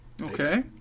Okay